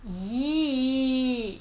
!ee!